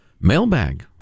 Mailbag